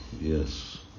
yes